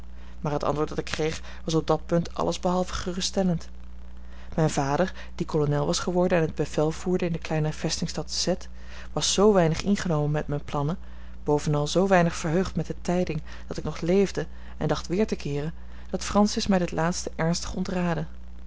maar het antwoord dat ik kreeg was op dat punt alles behalve geruststellend mijn vader die kolonel was geworden en het bevel voerde in de kleine vestingstad z was zoo weinig ingenomen met mijne plannen bovenal zoo weinig verheugd met de tijding dat ik nog leefde en dacht weer te keeren dat francis mij dit laatste ernstig ontraadde